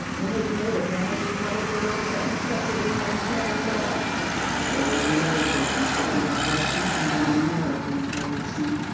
in his native land he probably learned that necessity knows no law there was no difference between a russian and an american policeman.